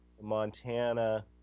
montana